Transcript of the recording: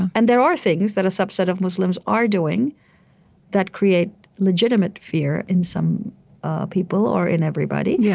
and there are things that a subset of muslims are doing that create legitimate fear in some people or in everybody, yeah